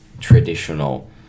traditional